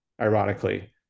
Ironically